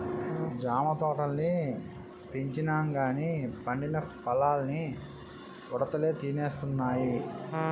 జామ తోటల్ని పెంచినంగానీ పండిన పల్లన్నీ ఉడతలే తినేస్తున్నాయి